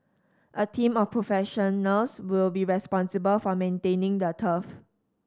a team of professionals will be responsible for maintaining the turf